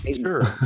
Sure